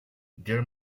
there